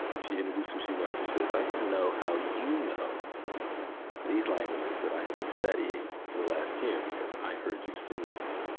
she introduced who she was and she says, i want to know how you know these languages that i have been studying for the last year, because i heard you singing them.